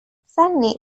suddenly